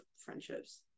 friendships